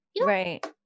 right